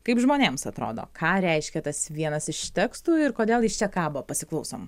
kaip žmonėms atrodo ką reiškia tas vienas iš tekstų ir kodėl jis čia kabo pasiklausom